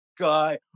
guy